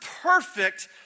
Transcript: perfect